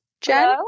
Jen